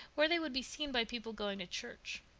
where they would be seen by people going to church.